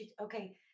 Okay